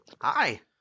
Hi